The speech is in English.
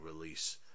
release